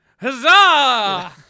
Huzzah